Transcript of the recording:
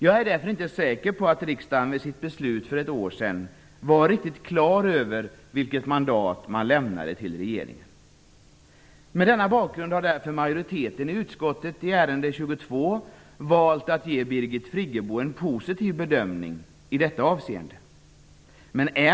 Jag är därför inte säker på att riksdagen vid sitt beslut för ett år sedan var klar över vilket öppet mandat man skulle lämna till regeringen. Med denna bakgrund har därför majoriteten i utskottet i ärende 22 valt att ge vad gäller Birgit Friggebo en positiv bedömning i detta avseende.